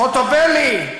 חוטובלי?